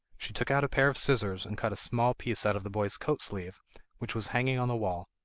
she took out a pair of scissors and cut a small piece out of the boy's coat-sleeve which was hanging on the wall,